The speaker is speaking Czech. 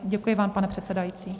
Děkuji vám, pane předsedající.